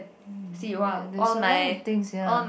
mm ya there's a lot of things ya